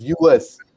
viewers